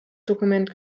dokument